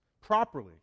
properly